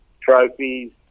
trophies